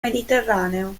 mediterraneo